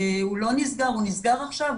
הוא לא נסגר, הוא נסגר עכשיו.